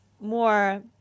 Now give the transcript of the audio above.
more